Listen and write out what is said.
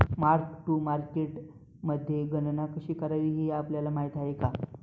Mark to मार्केटमध्ये गणना कशी करावी हे आपल्याला माहित आहे का?